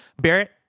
barrett